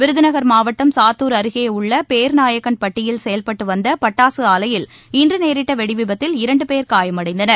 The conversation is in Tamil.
விருதுநகர் மாவட்டம் சாத்தூர் அருகே உள்ள பேர்நாயக்கன்பட்டியில் செயல்பட்டு வந்த பட்டாசு ஆலையில் இன்று நேரிட்ட வெடிவிபத்தில் இரண்டு பேர் காயமடைந்தனர்